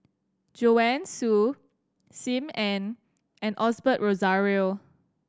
Joanne Soo Sim Ann and Osbert Rozario